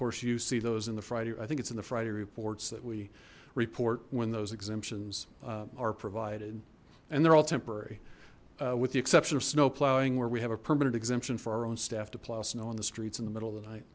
course you see those in the friday i think it's in the friday reports that we report when those exemptions are provided and they're all temporary with the exception of snow plowing where we have a permanent exemption for our own staff to plow snow on the streets in the middle of the night